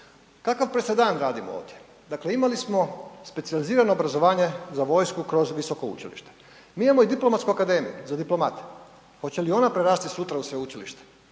Kakav presedan radimo ovdje. Dakle, imali smo specijalizirano obrazovanje za vojsku kroz visoko učilište. Mi imamo i Diplomatsku akademiju za diplomate. Hoće li ona prerasti sutra u sveučilište?